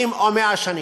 ומתן,